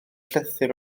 llythyr